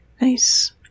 Nice